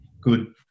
good